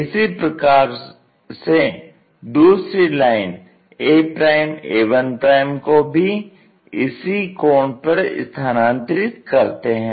इसी प्रकार से दूसरी लाइन aa1 को भी इसी कोण पर स्थानान्तरित करते है